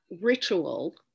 ritual